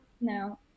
No